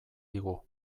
digu